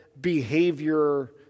behavior